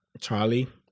Charlie